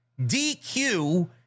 DQ